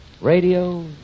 Radio